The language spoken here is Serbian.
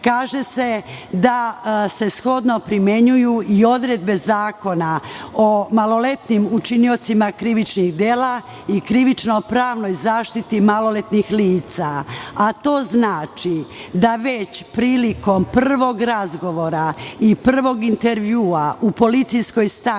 kaže se da se shodno primenjuju i odredbe Zakona o maloletnim učiniocima krivičnih dela i krivično-pravnoj zaštiti maloletnih lica. To znači da već prilikom prvog razgovora i prvog intervjua u policijskoj stanici